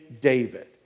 David